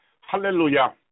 Hallelujah